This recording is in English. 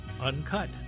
uncut